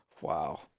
Wow